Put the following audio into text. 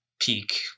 peak